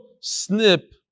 snip